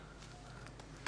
כן.